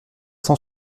cent